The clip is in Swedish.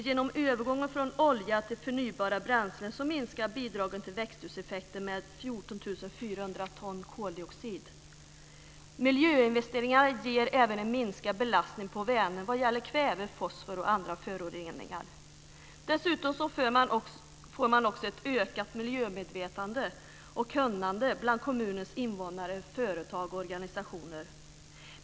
Genom övergången från olja till förnybara bränslen minskar bidragen till växthuseffekten med 14 400 Miljöinvesteringarna ger även en minskad belastning på Vänern vad gäller kväve, fosfor och andra föroreningar. Dessutom får man ett ökat miljömedvetande och kunnande bland kommunens invånare, företag och organisationer.